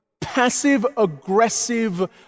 passive-aggressive